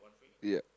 ya